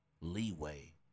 leeway